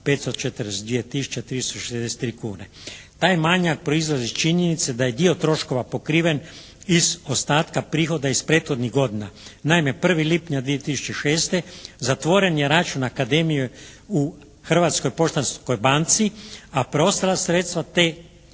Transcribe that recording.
363 kune. Taj manjak proizlazi iz činjenice da je dio troškova pokriven iz ostatka prihoda iz prethodnih godina. Naime 1. lipnja 2006. zatvoren je račun akademije u Hrvatskoj poštanskoj banci, a preostala sredstva iz